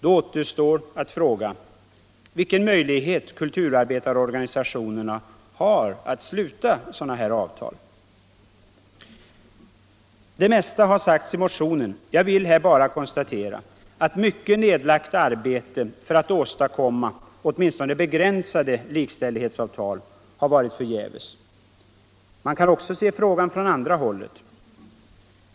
Då återstår att fråga vilken möjlighet kulturarbetarorganisationerna har att sluta sådana avtal. Det mesta har sagts i motionen. Jag vill här bara konstatera att mycket nedlagt arbete för att åstadkomma åtminstone begränsade likställighetsavtal har varit förgäves. Man kan också se frågan från andra hållet.